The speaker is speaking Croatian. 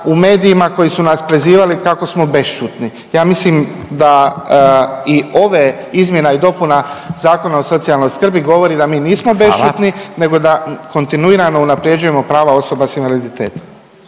u medijima koji su nas prozivali kako smo bešćutni. Ja mislim da i ove izmjena i dopuna Zakona o socijalnoj skrbi govori da mi nismo bešćutni nego da kontinuirano unapređujemo prava osoba sa invaliditetom.